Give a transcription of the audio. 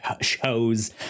shows